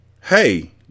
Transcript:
Hey